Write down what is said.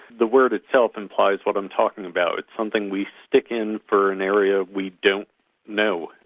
the word itself implies what i'm talking about its something we stick in for an area we don't know.